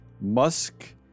Musk